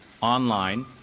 online